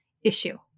issue